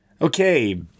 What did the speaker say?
Okay